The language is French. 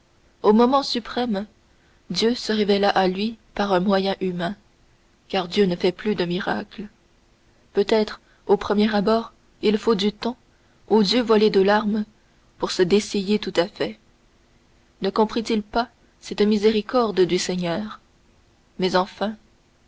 au moment suprême dieu se révéla à lui par un moyen humain car dieu ne fait plus de miracles peut-être au premier abord il faut du temps aux yeux voilés de larmes pour se dessiller tout à fait ne comprit-il pas cette miséricorde infinie du seigneur mais enfin